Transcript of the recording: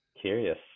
Curious